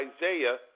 Isaiah